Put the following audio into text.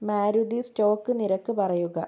Maruti stock നിരക്ക് പറയുക